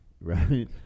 right